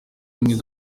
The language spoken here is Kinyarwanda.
mwiza